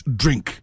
drink